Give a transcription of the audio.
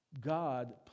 God